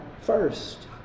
first